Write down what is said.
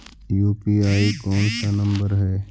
UPI कोन सा number हैं?